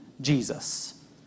Jesus